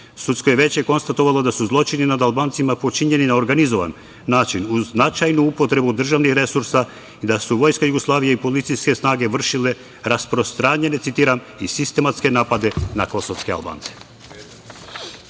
Sudsko veće je konstatovalo da su zločini nad Albancima počinjeni na organizovan način, uz značajnu upotrebu državnih resursa i da su Vojska Jugoslavije i policijske snage vršile rasprostranjene, citiram, i sistematske napade na kosovske